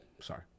sorry